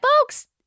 folks